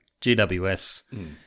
GWS